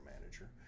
manager